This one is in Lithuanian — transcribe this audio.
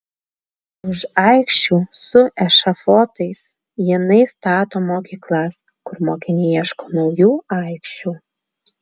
už aikščių su ešafotais jinai stato mokyklas kur mokiniai ieško naujų aikščių